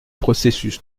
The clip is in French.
processus